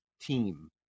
team